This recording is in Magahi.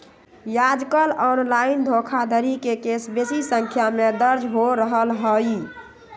याजकाल ऑनलाइन धोखाधड़ी के केस बेशी संख्या में दर्ज हो रहल हइ